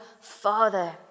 Father